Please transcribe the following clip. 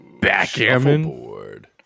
backgammon